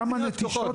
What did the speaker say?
כמה נטישות יש?